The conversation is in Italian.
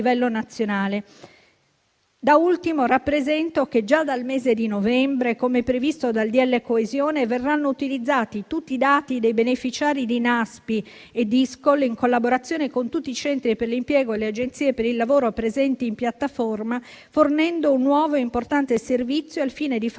Da ultimo, rappresento che, già dal mese di novembre, come previsto dal decreto legge coesione, verranno utilizzati tutti i dati dei beneficiari di Naspi e Dis-Coll in collaborazione con tutti i Centri per l'impiego e le agenzie per il lavoro presenti in piattaforma, fornendo un nuovo e importante servizio al fine di favorire